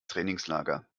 trainingslager